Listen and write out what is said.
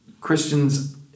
Christians